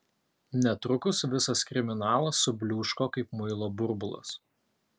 netrukus visas kriminalas subliūško kaip muilo burbulas